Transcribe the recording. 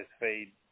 feed